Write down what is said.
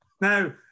Now